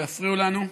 שלא יפריעו לנו.